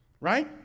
right